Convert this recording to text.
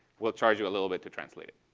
we'll charge you a little bit to translate it.